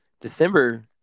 December